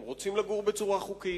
הם רוצים לגור בצורה חוקית,